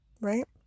right